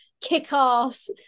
kick-ass